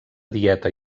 dieta